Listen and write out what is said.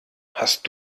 hast